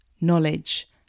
knowledge